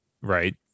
right